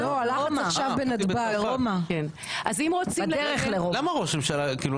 לא, הלחץ עכשיו בנתב"ג ברומא, בדרך לרומא.